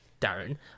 Darren